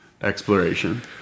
exploration